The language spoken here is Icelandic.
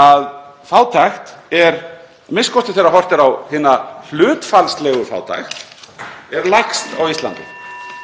að fátækt, a.m.k. þegar horft er á hina hlutfallslegu fátækt, er minnst á Íslandi.